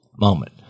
moment